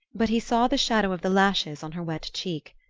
but he saw the shadow of the lashes on her wet cheek,